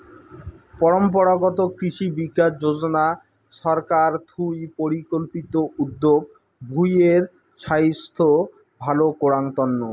পরম্পরাগত কৃষি বিকাশ যোজনা ছরকার থুই পরিকল্পিত উদ্যগ ভূঁই এর ছাইস্থ ভাল করাঙ তন্ন